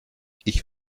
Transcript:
ich